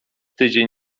tydzień